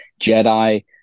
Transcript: Jedi